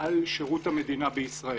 על שירות המדינה בישראל.